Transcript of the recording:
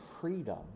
freedom